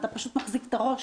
אתה פשוט מחזיק את הראש